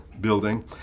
building